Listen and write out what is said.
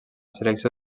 selecció